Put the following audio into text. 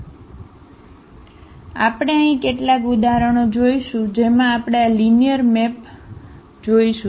તેથી આપણે અહીં કેટલાક ઉદાહરણો જોઈશું જેમાં આપણે આ લિનિયર મેપ જોઈશું